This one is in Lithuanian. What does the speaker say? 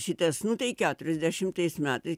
šitas nu tai keturiasdešimtais metai